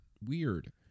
weird